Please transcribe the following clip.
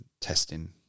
testing